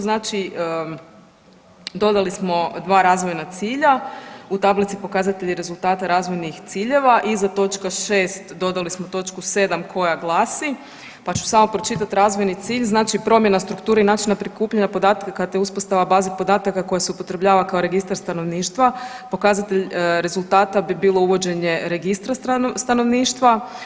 Znači dodali smo dva razvojna cilja u tablici pokazatelji rezultata razvojnih ciljeva iza točka 6, dodali smo točku 7 koja glasi, pa ću samo pročitati razvojni cilj, znači promjena strukture i načina prikupljanja podataka te uspostava baze podataka koja se upotrebljava kao registar stanovništva, pokazatelj rezultata bi bilo uvođenje registra stanovništva.